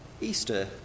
Easter